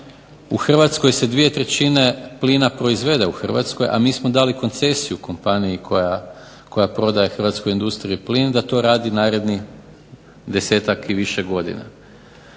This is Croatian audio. u Hrvatskoj se 2/3 plina proizvede u Hrvatskoj, a mi smo dali koncesiju kompaniji koja prodaje hrvatskoj industriji plin da to radi narednih 10-tak i više godina.